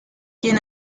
quien